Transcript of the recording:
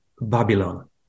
Babylon